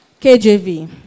KJV